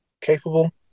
capable